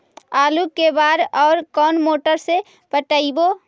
आलू के बार और कोन मोटर से पटइबै?